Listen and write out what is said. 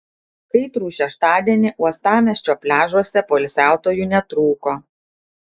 kaitrų šeštadienį uostamiesčio pliažuose poilsiautojų netrūko